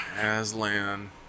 Aslan